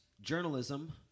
journalism